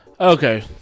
Okay